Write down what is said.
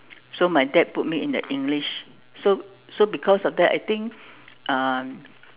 so my dad put me in the English so so because of that I think um